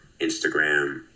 Instagram